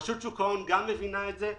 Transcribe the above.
רשות שוק ההון מבינה את זה,